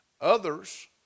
Others